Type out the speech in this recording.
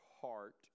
heart